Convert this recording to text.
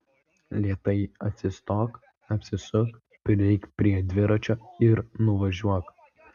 lėtai atsistok apsisuk prieik prie dviračio ir nuvažiuok